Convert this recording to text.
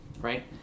right